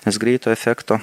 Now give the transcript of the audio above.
nes greito efekto